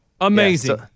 Amazing